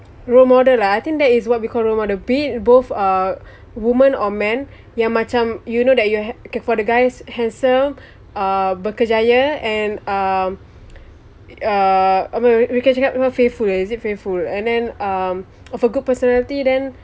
role model lah I think that is what we call role model being both are woman or man yang macam you know that you have okay for the guys handsome uh bekerjaya and um uh apa we can cakap apa faithful is it faithful and then um of a good personality then